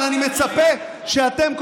אבל אני מצפה שאתם,